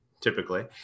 typically